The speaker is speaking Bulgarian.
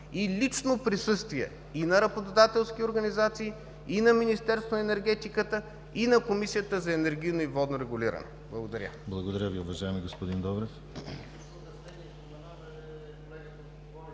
и лично присъствие и на работодателски организации, и на Министерството на енергетиката, и на Комисията за енергийно и водно регулиране. Благодаря